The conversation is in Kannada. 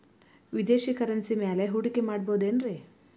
ವಿದೇಶಿ ಕರೆನ್ಸಿ ಮ್ಯಾಲೆ ಹೂಡಿಕೆ ಮಾಡಬಹುದೇನ್ರಿ?